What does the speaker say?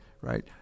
right